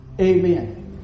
amen